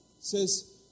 says